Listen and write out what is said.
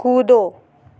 कूदो